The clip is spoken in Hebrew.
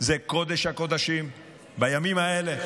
זה קודש-הקודשים בימים האלה.